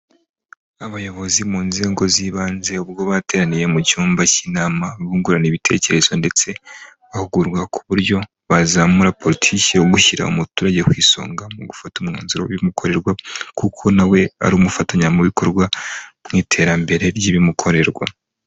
Abayobozi mu nzego z'ibanze ubwo bateraniye mu cyumba cy'inama bungurana ibitekerezo ndetse bahugurwa ku buryo bazamura politiki yo gushyira umuturage ku isonga mu gufata umwanzuro w'ibimukorerwa kuko nawe ari umufatanyabikorwa mu iterambere ry'ibimukorerwa.